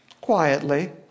quietly